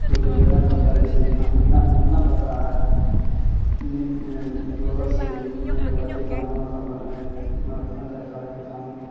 کو تو لیبنا پرتا ہے جیسے کہ یہاں لیبنا لیپنا پرتا ہے گوبر سے لیپنے کے بعد کیتٹنؤوں کا مر جاتا ہے کیٹانو